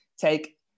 take